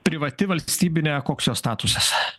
privati valstybinė koks jos statusas